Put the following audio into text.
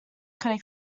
could